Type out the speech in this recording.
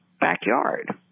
backyard